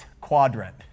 quadrant